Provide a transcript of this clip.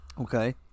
Okay